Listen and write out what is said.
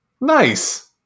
Nice